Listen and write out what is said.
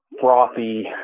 frothy